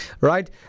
right